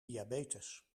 diabetes